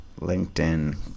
LinkedIn